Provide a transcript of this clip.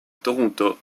toronto